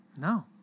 No